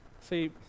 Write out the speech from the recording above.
See